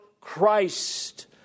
Christ